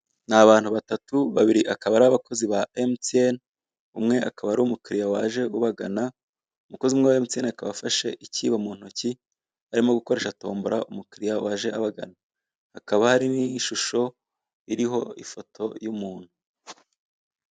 Ni abantu batatu babiri akaba ari abakozi ba MTN, umwe akaba ari umukiriya waje ubagana umukozi umwe wa MTN akaba afashe ikibo mu ntoki arimo gukoresha tombora umukiriya waje abagana, hakaba hariho ishusho iriho ifoto y'umuntu.